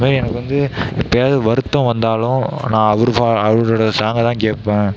அதுமாரி எனக்கு வந்து எப்பயாவது வருத்தம் வந்தாலும் நான் அவரு சா அவருடைய சாங்கை தான் கேட்பேன்